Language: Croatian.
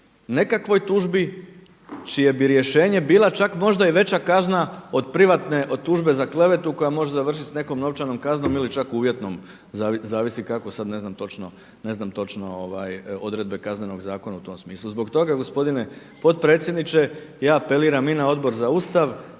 nekakvoj tužbi čije bi rješenje bila čak možda i veća kazna od privatne od tužbe za klevetu koja može završiti s nekom novčanom kaznom ili čak uvjetom zavisi kako sada ne znam točno odredbe Kaznenog zakona u tom smislu. Zbog toga gospodine potpredsjedniče, ja apeliram i na Odbor za Ustav